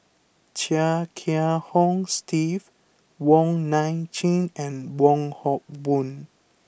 Chia Kiah Hong Steve Wong Nai Chin and Wong Hock Boon